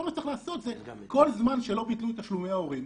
כל מה שצריך לעשות כל זמן שלא ביטלו את תשלומי ההורים,